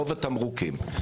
רוב התמרוקים.